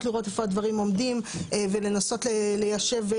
לראות איפה הדברים עומדים ולנסות ליישב,